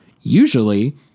Usually